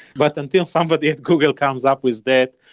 but until somebody at google comes up with that,